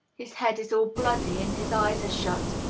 his head is all bloody, and his eyes are shut.